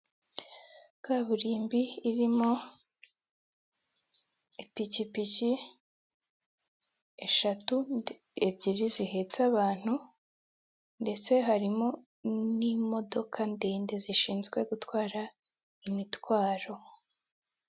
Inzu irimo amabara y'umuhondo, ubururu, umukara ndetse n'umweru iruhande rwayo hakaba hari igiti, hakaba hari amagambo yanditswe kuri iyo nzu.